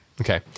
Okay